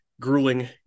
grueling